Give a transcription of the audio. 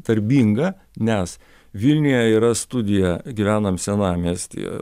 darbingą nes vilniuje yra studija gyvenam senamiestyje